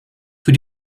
für